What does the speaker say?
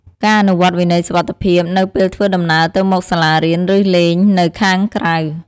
ការអនុវត្តវិន័យសុវត្ថិភាពនៅពេលធ្វើដំណើរទៅមកសាលារៀន ឬលេងនៅខាងក្រៅ។